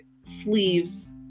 sleeves